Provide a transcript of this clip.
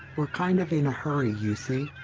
we're kind of in a hurry, you see.